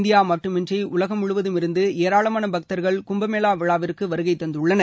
India மட்டுமின்றி உலகம் முழுவதிலிருந்து ஏராளமான பக்தர்கள் கும்பமேளா விழாவிற்கு வருகை தந்துள்ளனர்